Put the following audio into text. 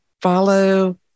Follow